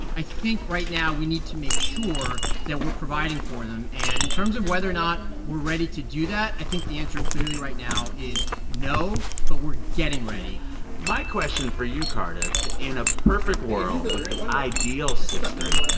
i think right now, we need to make sure that we're providing for them. and in terms of whether or not we're ready to do that, i think the answer, clearly, right now is no. but we're getting ready my question for you, cardiff, in a perfect world with the ideal system,